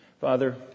Father